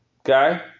okay